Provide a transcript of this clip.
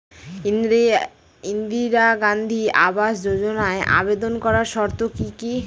ইন্দিরা গান্ধী আবাস যোজনায় আবেদন করার শর্ত কি কি?